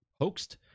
hoaxed